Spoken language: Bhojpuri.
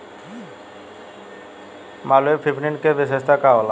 मालवीय फिफ्टीन के विशेषता का होला?